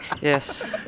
Yes